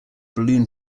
balloon